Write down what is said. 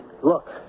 Look